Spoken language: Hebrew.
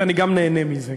ואני גם נהנה מזה.